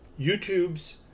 YouTube's